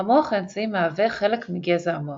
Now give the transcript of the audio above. המוח האמצעי מהווה חלק מגזע המוח.